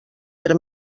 per